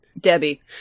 Debbie